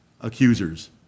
accusers